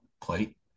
plate